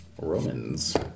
Romans